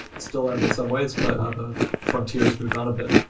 still am in some ways, but other frontiers moved on a bit.